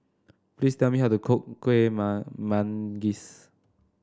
please tell me how to cook Kueh Manggis